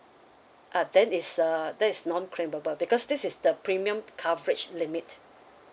uh then is uh then is nonclaimable because this is the premium coverage limit